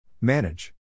Manage